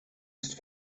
ist